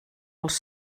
els